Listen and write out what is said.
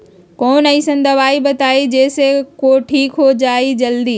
कोई अईसन दवाई बताई जे से ठीक हो जई जल्दी?